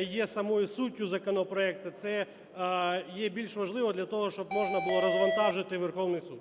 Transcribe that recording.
є самою суттю законопроекту, - це є більш важливо для того, щоб можна було розвантажити Верховний Суд.